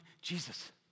Jesus